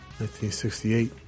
1968